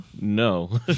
No